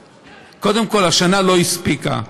קודם כול השנה לא הספיקה.